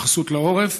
והתייחסות לעורף,